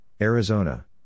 Arizona